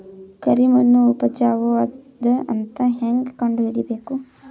ಕರಿಮಣ್ಣು ಉಪಜಾವು ಅದ ಅಂತ ಹೇಂಗ ಕಂಡುಹಿಡಿಬೇಕು?